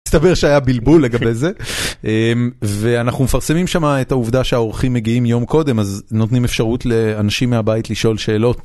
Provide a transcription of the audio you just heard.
הסתבר שהיה בלבול לגבי זה ואנחנו מפרסמים שמה את העובדה שהעורכים מגיעים יום קודם אז נותנים אפשרות לאנשים מהבית לשאול שאלות.